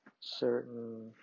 certain